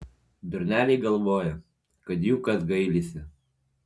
durneliai galvoja kad jų kas gailisi